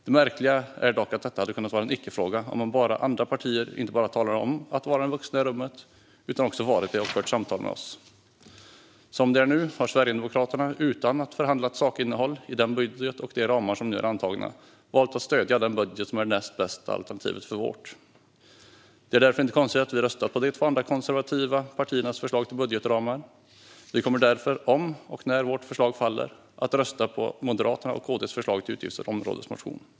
Det märkliga är dock att detta hade kunnat vara en icke-fråga om andra partier inte bara talat om att vara den vuxne i rummet utan också varit det och fört samtal med oss. Som det är nu har Sverigedemokraterna, utan att ha förhandlat sakinnehåll i den budget och de ramar som nu är antagna, valt att stödja den budget som är det näst bästa alternativet efter vårt. Det är därför inte konstigt att vi röstat på de två andra konservativa partiernas förslag till budgetramar. Vi kommer därför, om och när vårt förslag faller, att rösta på Moderaternas och KD:s utgiftsområdesmotion.